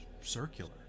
circular